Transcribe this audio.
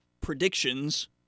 predictions